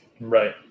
Right